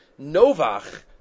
Novach